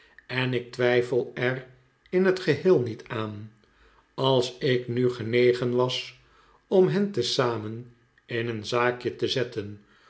en ik twijfel er in het geheel niet aan als ik nu genegen was om hen tezamen in een zaakje te zetten